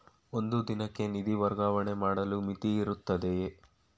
ಒಂದು ದಿನಕ್ಕೆ ನಿಧಿ ವರ್ಗಾವಣೆ ಮಾಡಲು ಮಿತಿಯಿರುತ್ತದೆಯೇ?